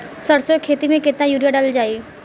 सरसों के खेती में केतना यूरिया डालल जाई?